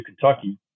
Kentucky